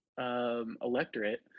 Electorate